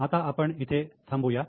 आता आपण इथे थांबुया